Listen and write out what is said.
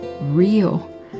real